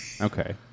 Okay